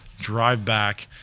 drive back.